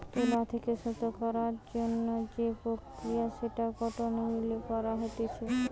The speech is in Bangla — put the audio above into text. তুলো থেকে সুতো করার যে প্রক্রিয়া সেটা কটন মিল এ করা হতিছে